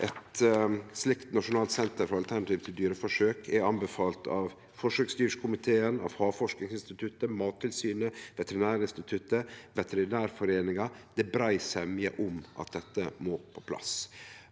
Eit slikt nasjonalt senter for alternativ til dyreforsøk er anbefalt av forsøksdyrkomiteen, Havforskingsinstituttet, Mattilsynet, Veterinærinstituttet og Veterinærforeningen. Det er brei semje om at dette må på plass.